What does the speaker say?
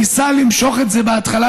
ניסה למשוך את זה בהתחלה,